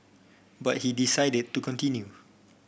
but he decided to continue